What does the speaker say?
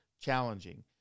challenging